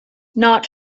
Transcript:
not